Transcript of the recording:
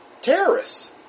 terrorists